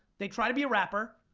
they try to be a rapper,